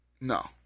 No